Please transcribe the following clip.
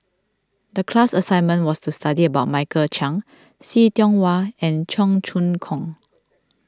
the class assignment was to study about Michael Chiang See Tiong Wah and Cheong Choong Kong